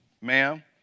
ma'am